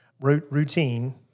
routine